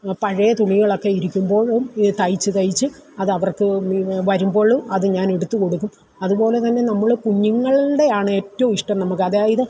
പഴയ തുണികളൊക്കെ ഇരിക്കുമ്പോഴും ഈ തയ്ച്ച് തയ്ച്ച് അതവർക്ക് വരുമ്പോൾ അത് ഞാനെടുത്ത് കൊടുക്കും അതുപോലെ തന്നെ നമ്മൾ കുഞ്ഞുങ്ങളുടെ ആണേറ്റവും ഇഷ്ടം നമുക്ക് അതായത്